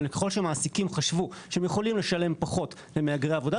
אבל ככל שמעסיקים חשבו שהם יכולים לשלם פחות למהגרי עבודה,